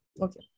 okay